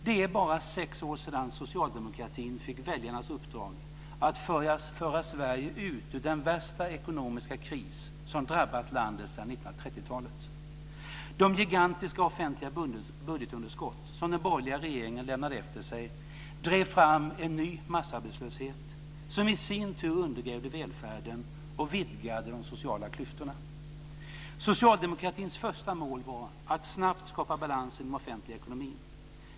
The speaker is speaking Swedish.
Det är bara sex år sedan socialdemokratin fick väljarnas uppdrag att föra Sverige ut ur den värsta ekonomiska kris som drabbat landet sedan 1930-talet. Det gigantiska offentliga budgetunderskott som den borgerliga regeringen lämnade efter sig drev fram en ny massarbetslöshet, som i sin tur undergrävde välfärden och vidgade de sociala klyftorna. Socialdemokratins första mål var att snabbt skapa balans i den offentliga ekonomin.